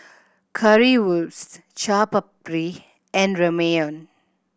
Currywurst Chaat Papri and Ramyeon